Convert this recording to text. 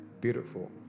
Beautiful